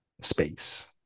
space